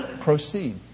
proceed